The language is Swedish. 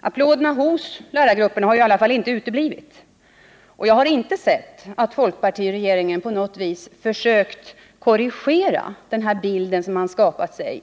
Applåderna från lärargrupperna har i varje fall inte uteblivit, och jag har inte sett att folkpartiregeringen på något vis försökt korrigera den bild som man i lärarkretsar har skapat sig.